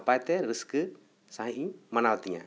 ᱱᱟᱯᱟᱭ ᱛᱮ ᱨᱟᱹᱥᱠᱟᱹ ᱥᱟᱺᱦᱤᱡ ᱤᱧ ᱢᱟᱱᱟᱣ ᱛᱤᱧᱟᱹ